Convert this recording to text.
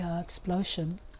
Explosion